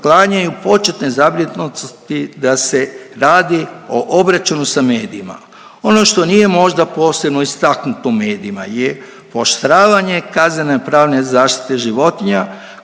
početne zabrinutosti da se radi o obračunu sa medijima. Ono što nije možda posebno istaknuto u medijima je pooštravanje kaznenopravne zaštite životinja